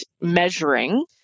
measuring